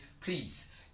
please